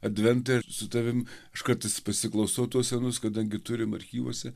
adventą su tavim aš kartais pasiklausau tuos senus kadangi turim archyvuose